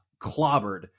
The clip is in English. clobbered